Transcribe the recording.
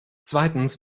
zweitens